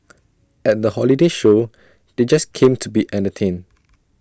at the holiday show they just came to be entertained